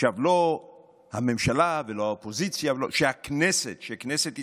לא הממשלה ולא האופוזיציה, שהכנסת, שכנסת ישראל,